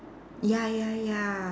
ya ya ya